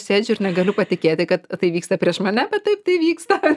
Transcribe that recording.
sėdžiu ir negaliu patikėti kad tai vyksta prieš mane taip tai vyksta